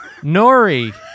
nori